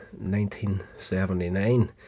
1979